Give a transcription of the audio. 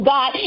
God